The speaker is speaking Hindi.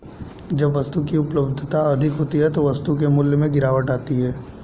जब वस्तु की उपलब्धता अधिक होती है तो वस्तु के मूल्य में गिरावट आती है